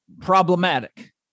problematic